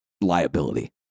liability